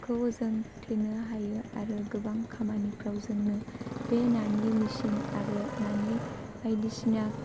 नाखौबो जों थेनो हायो आरो गोबां खामानिफोराव जोंनो बे नानि मेसिन आरो नानि बायदिसिना